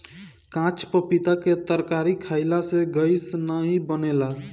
काच पपीता के तरकारी खयिला से गैस नाइ बनेला